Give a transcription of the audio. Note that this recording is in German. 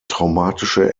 traumatische